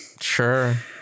sure